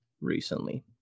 recently